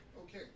Okay